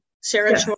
sarah